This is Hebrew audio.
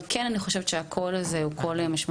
אבל אני כן חושבת שהקול הזה הוא משמעותי.